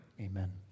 amen